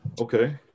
Okay